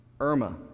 Irma